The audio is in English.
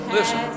Listen